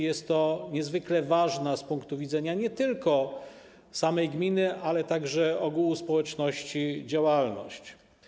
Jest to niezwykle ważna, z punktu widzenia nie tylko samej gminy, ale także ogółu społeczności, działalność.